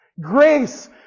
Grace